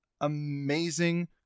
amazing